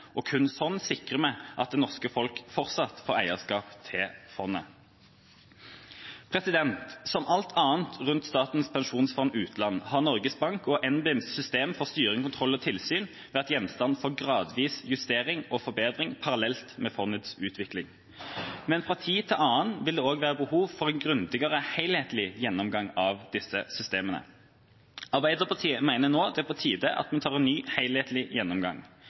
og kun sånn sikrer vi at det norske folk fortsatt får eierskap til fondet. Som alt annet rundt Statens pensjonsfond utland har Norges Bank og NBIMs system for styring, kontroll og tilsyn vært gjenstand for gradvis justering og forbedring parallelt med fondets utvikling. Men fra tid til annen vil det også være behov for en grundigere helhetlig gjennomgang av disse systemene. Arbeiderpartiet mener nå at det er på tide at en tar en ny helhetlig gjennomgang.